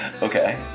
Okay